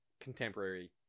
contemporary